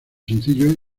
sencillos